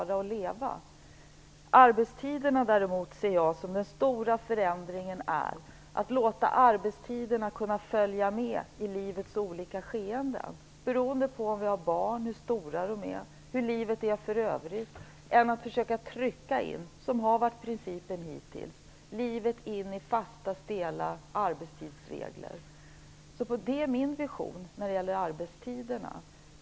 När det gäller arbetstiderna ser jag däremot att den stora förändringen är att låta arbetstiderna följa med i livets olika skeenden, beroende på om vi har barn, hur stora de är, hur livet är för övrigt, i stället för att försöka trycka in - som principen har varit hittills - livet i fasta stela arbetstidsregler. Det är min vision när det gäller arbetstiderna.